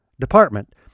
department